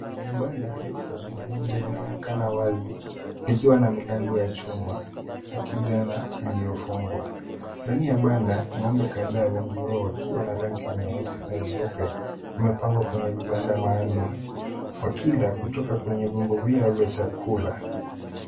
Banda refu la ng'ombe linaonekana wazi likiwa na milango ya chuma ya kijana iliyofungwa. Ndani ya banda ng'ombe kadhaa wengi wao wakiwa na rangi nyeusi na nyeupe imepangwa kwenye vibanda maalum wakila kutoka kwenye vyombo vyao vya chakula.